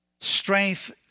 Strength